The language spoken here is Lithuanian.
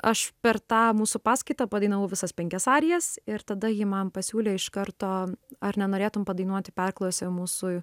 aš per tą mūsų paskaitą padainavau visas penkias arijas ir tada ji man pasiūlė iš karto ar nenorėtum padainuoti perklause mūsui